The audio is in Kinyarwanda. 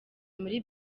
muri